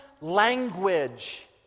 language